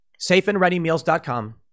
Safeandreadymeals.com